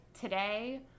today